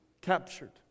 captured